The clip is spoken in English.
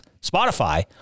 Spotify